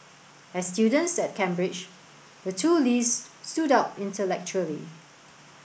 as students at Cambridge the two Lees stood out intellectually